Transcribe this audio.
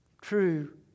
true